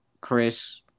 Chris